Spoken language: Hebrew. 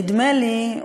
נדמה לי,